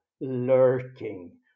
lurking